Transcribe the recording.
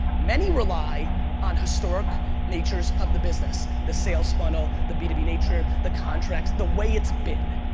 many rely on historic natures of the business, the sales funnel, the b two b nature, the contracts, the way it's been.